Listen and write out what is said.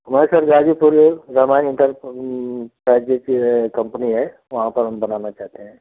हमारा सर गाजीपुर है रामायण इन्टरप्राइजेज की कम्पनी है वहाँ पर हम बनाना चाहते हैं